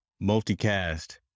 multicast